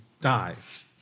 Dies